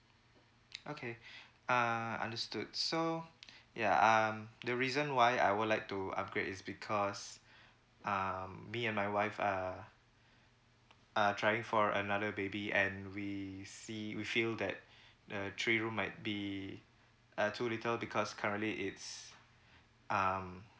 okay uh understood so ya um the reason why I would like to upgrade is because um me and my wife uh are trying for another baby and we see we feel that the three room might be uh two little because currently it's um